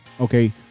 Okay